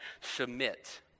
Submit